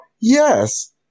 yes